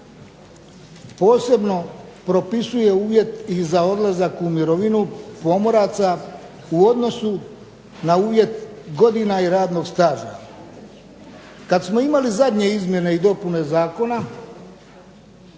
posebno propisuje uvjet i za odlazak u mirovinu pomoraca u odnosu na uvjet godina i radnog staža. Kada smo imali zadnje izmjene i dopune zakona